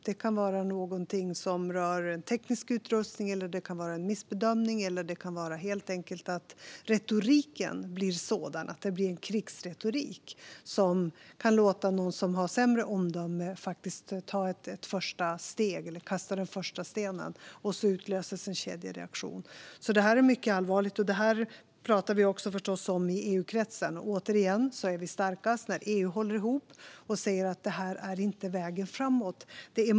Det kan vara någonting som rör teknisk utrustning, en missbedömning eller helt enkelt att retoriken blir en krigsretorik som kan få någon med sämre omdöme att ta ett första steg eller kasta den första stenen, och så utlöses en kedjereaktion. Det här är mycket allvarligt, och vi talar förstås om det här i EU-kretsen. Återigen, vi är starkast när EU håller ihop och säger att det här inte är vägen framåt.